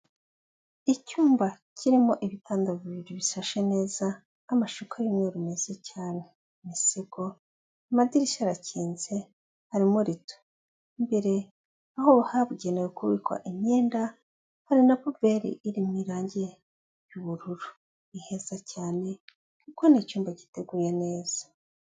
Icyumba kirimo ibitanda bibiri bisashe neza, amashuka y'umweru meza cyane, imisego, amadirishya arakinze, harimo rido. Imbere aho habugenewe kubikwa imyenda hari na puberi irimo irangi ry'ubururu. Ni heza cyane kuko ni icyumba giteguye neza.